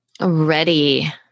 Ready